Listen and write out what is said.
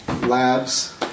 labs